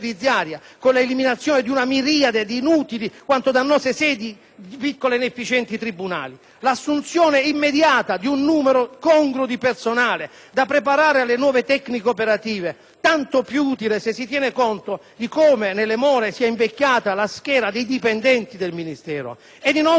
piccoli e inefficienti tribunali; inoltre, è prevista l'assunzione immediata di un numero congruo di personale, da preparare alle nuove tecniche operative, tanto più utile se si tiene conto di come nelle more sia invecchiata la schiera dei dipendenti del Ministero; infine, è previsto l'ufficio del processo, che trasformerebbe l'organizzazione